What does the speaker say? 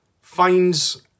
finds